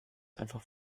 einfach